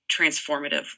transformative